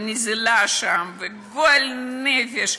יש שם נזילה וגועל נפש,